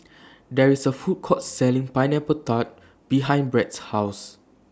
There IS A Food Court Selling Pineapple Tart behind Brad's House